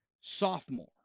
sophomore